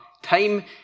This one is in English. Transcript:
Time